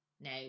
Now